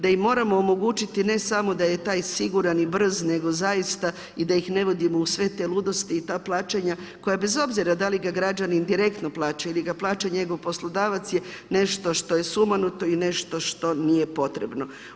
Da im moramo omogućiti ne samo da je siguran i brz, nego da ih zaista ne vodimo u sve te ludosti i sva ta plaćanja koja bez obzira, da li ga građani direktno plaćaju ili ga plaća njegov poslodavac je nešto što je sumanuto i nešto što nije potrebno.